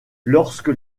lorsque